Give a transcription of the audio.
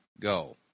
go